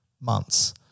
months